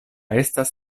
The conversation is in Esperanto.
estas